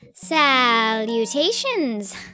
Salutations